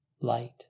light